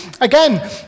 again